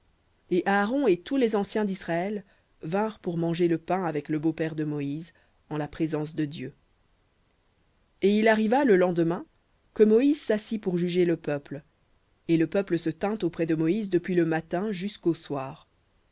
et aaron et tous les anciens d'israël vinrent pour manger le pain avec le beau-père de moïse en la présence de dieu et il arriva le lendemain que moïse s'assit pour juger le peuple et le peuple se tint auprès de moïse depuis le matin jusqu'au soir